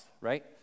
right